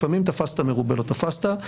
לפעמים תפסת מרובה לא תפסת.